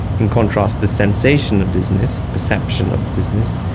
in contrast, the sensation of dizziness, perception of dizziness,